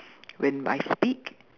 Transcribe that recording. when I speak